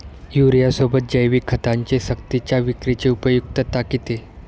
युरियासोबत जैविक खतांची सक्तीच्या विक्रीची उपयुक्तता किती?